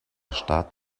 staat